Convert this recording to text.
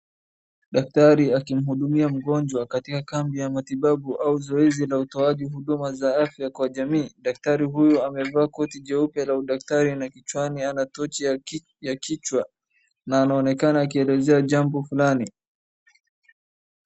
Daktari akimhudumia mgonjwa katika kambi ya matibabu au zoezi la utoaji huduma za afya kwa jamii. Daktari huyu amevaa koti jeupe la udaktari na kichwani ana tochi ya kichwa na anaonekana akielezea jambo fulani.